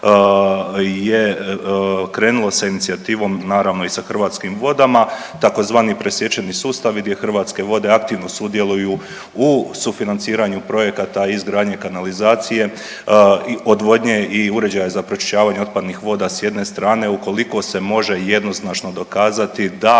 je krenulo sa inicijativom, naravno i sa Hrvatskim vodama, tzv. presječeni sustavi gdje Hrvatske vode aktivno sudjeluju u sufinanciranju projekata izgradnje kanalizacije, odvodnje i uređaja za pročišćavanja otpadnih voda s jedne strane ukoliko se može jednoznačno dokazati da